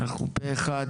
הצבעה סעיף 18 אושר.